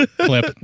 Clip